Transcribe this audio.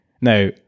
Now